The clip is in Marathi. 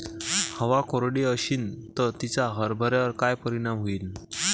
हवा कोरडी अशीन त तिचा हरभऱ्यावर काय परिणाम होईन?